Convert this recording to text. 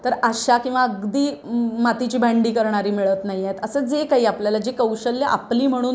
तर अशा किंवा अगदी मातीची भांडी करणारी मिळत नाही आहेत असं जे काही आपल्याला जे कौशल्य आपली म्हणून